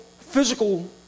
physical